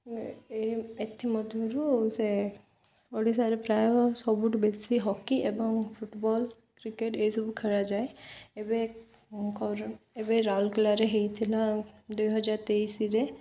ଏ ଏଥିମଧ୍ୟରୁ ସେ ଓଡ଼ିଶାରେ ପ୍ରାୟ ସବୁଠୁ ବେଶୀ ହକି ଏବଂ ଫୁଟବଲ୍ କ୍ରିକେଟ୍ ଏସବୁ ଖେଳାଯାଏ ଏବେ ଏବେ ରାଉରକେଲାରେ ହୋଇଥିଲା ଦୁଇହଜାର ତେଇଶରେ